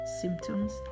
symptoms